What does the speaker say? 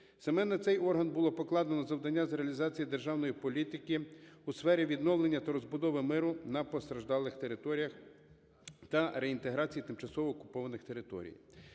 Саме на цей орган було покладено завдання з реалізації державної політики у сфері відновлення та розбудови миру на постраждалих територіях та реінтеграції тимчасово окупованих територій.